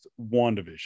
WandaVision